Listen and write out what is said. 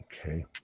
okay